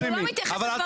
אבל הוא לא מתייחס לדברים.